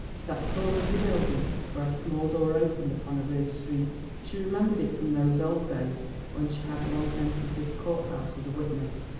to that corner of the building where a small door opened upon a rear street. she remembered it from those old days when she had once entered this courthouse as a witness.